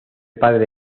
padre